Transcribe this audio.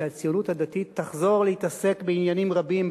שהציונות הדתית תחזור להתעסק בעניינים רבים,